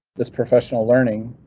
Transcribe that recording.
this professional learning.